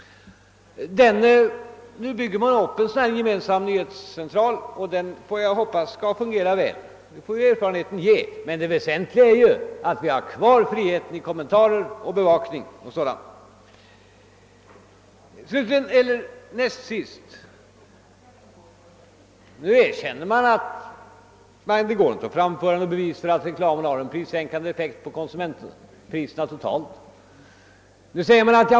Nu bygger man upp en gemensam nyhetscentral, och jag hoppas att den skall fungera väl, men det får erfarenheten utvisa. Det väsentliga är ju att vi har kvar friheten när det gäller kommentarer och bevakning och sådant. Nu erkänner man att det inte går att anföra några bevis för att reklamen har en prissänkande effekt på konsumentpriserna totalt sett.